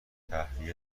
تهویه